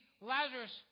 Lazarus